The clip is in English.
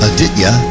Aditya